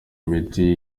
imiti